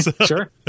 Sure